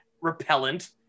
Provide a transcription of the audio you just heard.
repellent